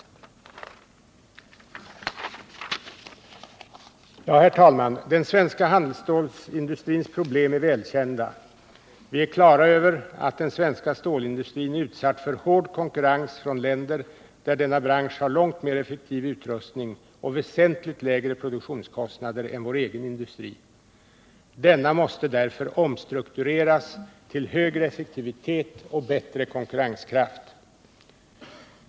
Herr talman! Den svenska handelsstålsindustrins problem är välkända. Vi är klara över att den svenska stålindustrin är utsatt för hård konkurrens från länder där denna bransch har långt mer effektiv utrustning och väsentligt lägre produktionskostnader än vår egen industri. Denna måste därför omstruktureras till högre effektivitet och bättre konkurrenskraft.